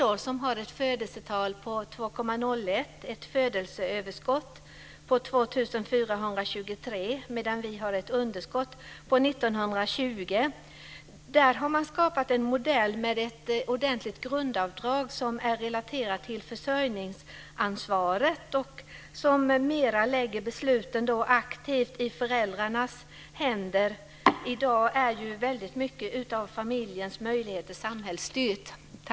Där har man ett födelsetal på 2,01 och ett födelseöverskott på 2 423, medan Sverige har ett underskott på 1 920. Island har skapat en modell med ett ordentligt grundavdrag som är relaterat till försörjningsansvaret och som mer lägger besluten aktivt i föräldrarnas händer. I dag är ju många av familjernas möjligheter samhällsstyrda.